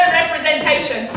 representation